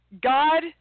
God